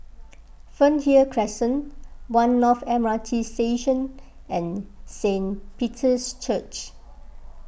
Fernhill Crescent one North M R T Station and Saint Peter's Church